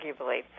arguably